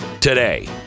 today